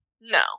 No